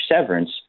severance